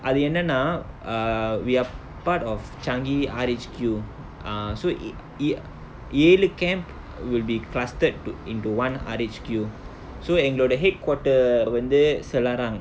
அது என்னனா:athu ennaanaa err we are part of changi R_H_Q ah so e~ ஏழு:elu camp will be clustered to into one R_H_Q so எங்களோட:engaloda headquarter வந்து:vanthu selarang